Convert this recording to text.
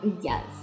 yes